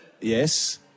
Yes